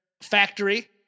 Factory